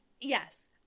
yes